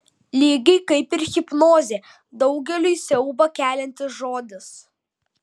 lygiai kaip ir hipnozė daugeliui siaubą keliantis žodis